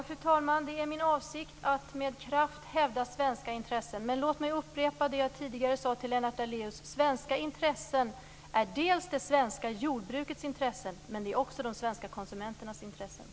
Fru talman! Det är min avsikt att med kraft hävda svenska intressen. Men låt mig upprepa det jag tidigare sade till Lennart Daléus: Svenska intressen är dels det svenska jordbrukets intressen, dels de svenska konsumenternas intressen.